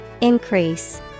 increase